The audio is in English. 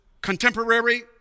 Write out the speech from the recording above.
contemporary